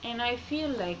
and I feel like